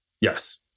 Yes